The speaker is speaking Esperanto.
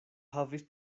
havis